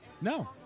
No